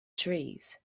trees